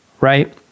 right